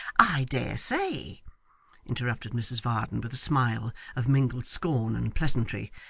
i dare say interrupted mrs varden, with a smile of mingled scorn and pleasantry.